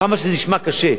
כמה שזה נשמע קשה,